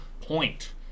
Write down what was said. point